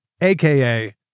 aka